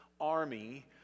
army